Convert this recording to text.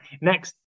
Next